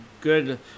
good